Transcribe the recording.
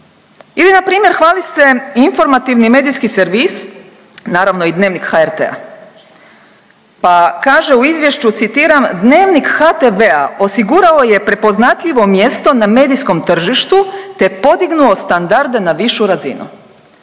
Ili npr. hvali se Informativni medijski servis, naravno i Dnevnik HRT-a, pa kaže u izvješću, citiram, Dnevnik HTV-a osigurao je prepoznatljvo mjesto na medijskom tržištu, te podignuo standarde na višu razinu.